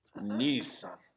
Nissan